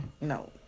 no